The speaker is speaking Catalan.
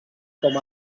com